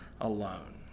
alone